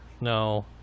No